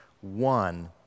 one